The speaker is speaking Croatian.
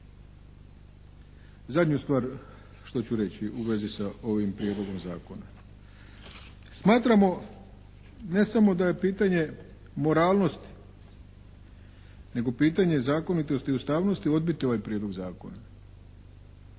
Zadnju stvar što ću reći u vezi s ovim prijedlogom zakona. Smatramo ne samo da je pitanje moralnosti, nego pitanje zakonitosti i ustavnosti odbiti ovaj prijedlog zakona.